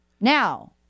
Now